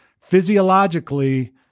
physiologically